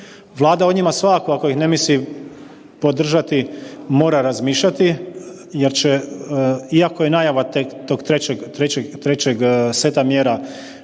Vlada o njima svakako ako ih ne misli podržati, mora razmišljati jer će, iako je najava tog trećeg seta mjera